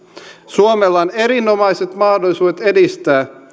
suomella on erinomaiset mahdollisuudet edistää